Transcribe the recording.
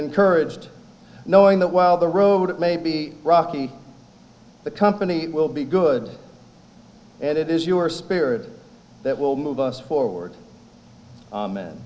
encouraged knowing that while the road it may be rocky the company will be good and it is your spirit that will move us forward